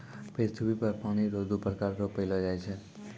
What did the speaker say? पृथ्वी पर पानी रो दु प्रकार रो पैलो जाय छै